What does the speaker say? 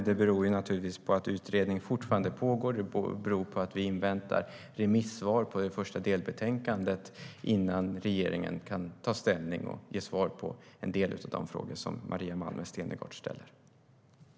Det beror på att utredningen fortfarande pågår och vi inväntar remissvar på det första delbetänkandet innan regeringen kan ta ställning och ge svar på en del av de frågor som Maria Malmer Stenergard ställer.